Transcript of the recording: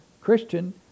Christian